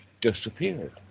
disappeared